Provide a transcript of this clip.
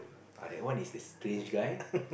uh that one is a strange guy